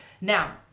Now